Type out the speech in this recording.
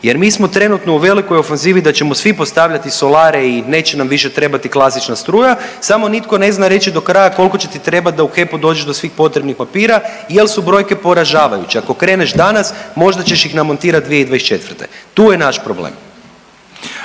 jer mi smo trenutno u velikoj ofanzivi da ćemo svi postavljati solare i neće nam više trebati klasična struja. Samo nitko ne zna reći do kraja koliko će ti trebati da u HEP-u dođeš do svih potrebnih papira jer su brojke poražavajuće. Ako kreneš danas možda ćeš ih namontirati 2024. Tu je naš problem.